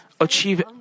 achieve